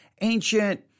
ancient